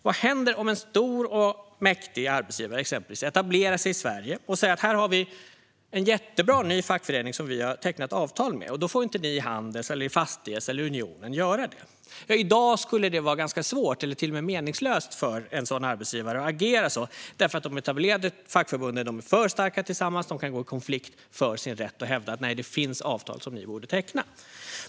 Vad händer om en stor och mäktig arbetsgivare etablerar sig i Sverige och säger att man har en jättebra ny fackförening som man har tecknat avtal med och att Handels, Fastighets eller Unionen inte får teckna avtal? I dag skulle det vara ganska svårt, eller till och med meningslöst, för en sådan arbetsgivare att agera så. De etablerade fackförbunden är för starka tillsammans. De kan gå i konflikt för sin rätt och hävda att det finns avtal som arbetsgivaren borde teckna.